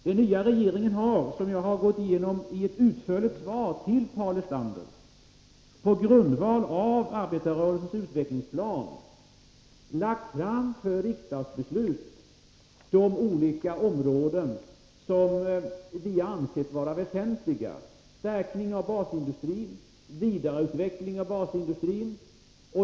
Den nya regeringen har, som jag gått igenomi ett utförligt svar till Paul Lestander, på grundval av arbetarrörelsens utvecklingsplan lagt fram förslag för riksdagsbeslut på de områden som vi ansett vara väsentliga: stärkning av basindustrin och vidareutveckling av basindustrin.